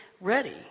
ready